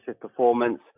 performance